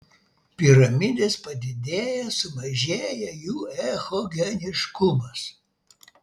piramidės padidėja sumažėja jų echogeniškumas